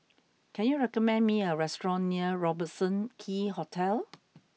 can you recommend me a restaurant near Robertson Quay Hotel